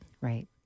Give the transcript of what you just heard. Right